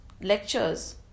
lectures